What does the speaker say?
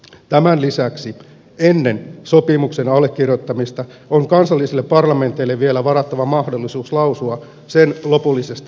tämän lisäksi ennen sopimuksen allekirjoittamista on kansallisille parlamenteille vielä varattava mahdollisuus lausua sen lopullisesta sisällöstä